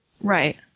Right